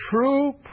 true